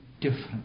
different